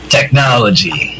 Technology